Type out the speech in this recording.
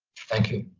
thank you.